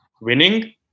winning